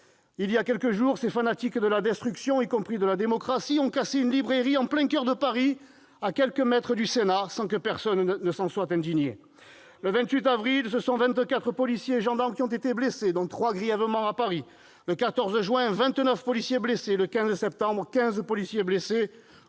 Il y a quelques jours, ces fanatiques de la destruction, y compris de la démocratie, ont cassé une librairie en plein coeur de Paris, à quelques mètres du Sénat, sans que personne s'en soit indigné ! Le 28 avril, ce sont 24 policiers et gendarmes qui ont été blessés, dont 3 très grièvement à Paris. Le 14 juin, 29 policiers blessés. Le 15 septembre : 15 policiers blessés